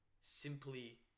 Simply